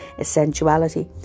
essentiality